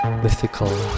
mythical